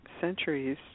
centuries